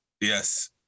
Yes